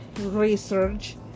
research